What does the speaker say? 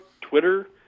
Twitter